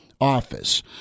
Office